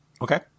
Okay